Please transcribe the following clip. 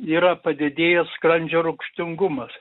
yra padidėjęs skrandžio rūgštingumas